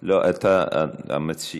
לא, למה?